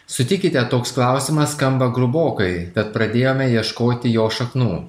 sutikite toks klausimas skamba grubokai bet pradėjome ieškoti jo šaknų